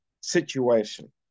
situation